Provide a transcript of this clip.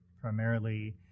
primarily